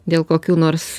dėl kokių nors